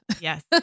Yes